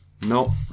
No